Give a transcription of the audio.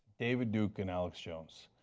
david duke and alex jones.